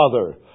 Father